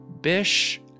bish